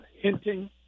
hinting